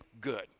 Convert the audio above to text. good